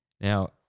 Now